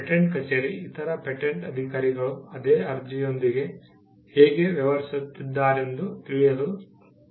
patent ಕಚೇರಿ ಇತರ patent ಅಧಿಕಾರಿಗಳು ಅದೇ ಅರ್ಜಿಯೊಂದಿಗೆ ಹೇಗೆ ವ್ಯವಹರಿಸುತ್ತಿದ್ದಾರೆಂದು ತಿಳಿಯಲು ಬಯಸುತ್ತದೆ